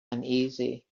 uneasy